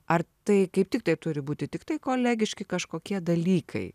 ar tai kaip tiktai turi būti tiktai kolegiški kažkokie dalykai